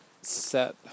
set